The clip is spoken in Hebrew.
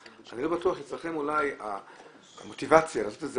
אצלכם אולי המוטיבציה לעשות את זה,